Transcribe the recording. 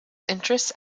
interests